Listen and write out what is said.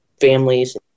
families